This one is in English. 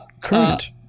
current